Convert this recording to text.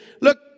look